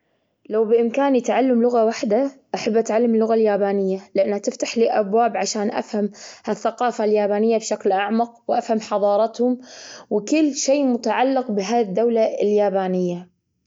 لو بإمكاني تعلم لغة واحدة، أحب أن أتعلم اللغة اليابانية؛ لأنها تفتح لي أبواب عشان أفهم هالثقافة اليابانية بشكل أعمق، وأفهم حضارتهم، وكل شيء متعلق بهذه الدولة اليابانية.